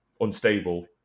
unstable